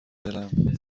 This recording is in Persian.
دلم